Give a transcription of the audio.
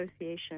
Association